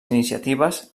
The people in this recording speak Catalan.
iniciatives